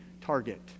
target